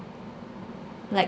like